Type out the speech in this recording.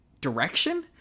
direction